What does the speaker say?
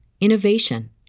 innovation